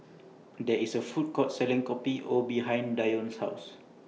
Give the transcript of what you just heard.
There IS A Food Court Selling Kopi O behind Dione's House